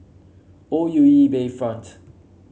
O U E Bayfront